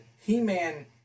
he-man